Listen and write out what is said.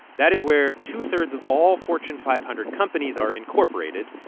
that is where two-thirds of all fortune five hundred companies are incorporated,